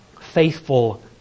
faithful